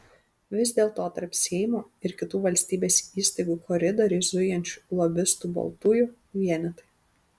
vis dėlto tarp seimo ir kitų valstybės įstaigų koridoriais zujančių lobistų baltųjų vienetai